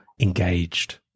engaged